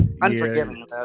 unforgiving